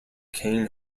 cain